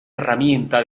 herramienta